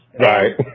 Right